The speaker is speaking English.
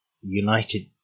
United